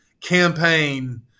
campaign